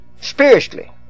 Spiritually